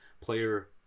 player